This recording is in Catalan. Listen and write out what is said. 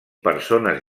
persones